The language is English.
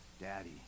Daddy